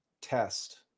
test